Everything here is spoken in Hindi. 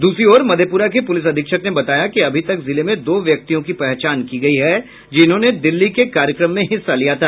दूसरी ओर मधेपुरा के पुलिस अधीक्षक ने बताया कि अभी तक जिले में दो व्यक्तियों की पहचान की गई है जिन्होंने दिल्ली के कार्यक्रम में हिस्सा लिया था